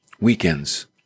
weekends